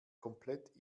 komplett